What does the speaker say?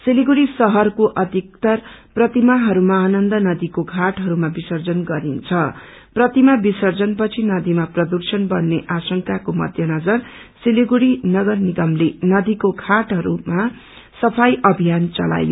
सलिङ्गुङ्डी शहरको अधिकत्तर प्रतिमाहरू महानन्दा नदीको घाटहरूमा विर्सजन गरन्छ प्रतिमा विम्रजन पछि नदीमा प्रदूषण बढ़ने आशंकाको मध्य नजर सिलीगुड़ी नगर निगमले नदीको घाटमहरूमा सफाई अभ्झियान चलायो